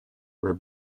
were